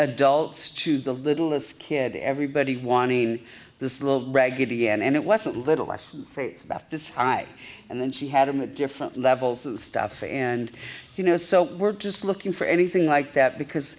adults to the littlest kid everybody wanting this little rag it again and it was a little less about this eye and then she had i'm a different levels and stuff and you know so we're just looking for anything like that because